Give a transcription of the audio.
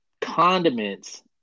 condiments